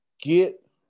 get